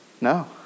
No